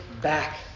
back